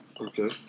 Okay